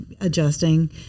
adjusting